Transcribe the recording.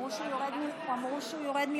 חבר הכנסת עודד פורר, לרשותך שעה שלמה.